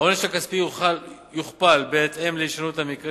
העונש הכספי יוכפל בהתאם להישנות המקרה